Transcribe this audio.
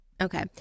Okay